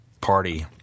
party